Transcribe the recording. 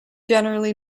generally